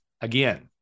again